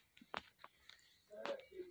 भारत सहित अनेक देश मे बैंकिंग गोपनीयता कानून छै